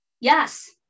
yes